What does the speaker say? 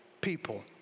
people